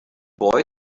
boy